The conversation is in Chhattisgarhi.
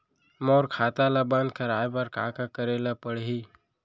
मोर खाता ल बन्द कराये बर का का करे ल पड़ही?